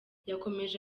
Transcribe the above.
yakomeje